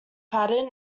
pattern